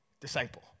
disciple